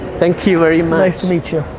thank you very much. nice to meet you.